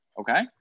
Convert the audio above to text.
Okay